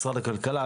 משרד הכלכלה,